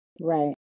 Right